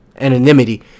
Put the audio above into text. anonymity